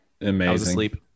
Amazing